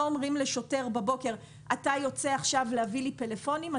לא אומרים לשוטר בבוקר שהוא יוצא עכשיו להביא טלפונים,